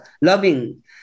loving